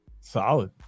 Solid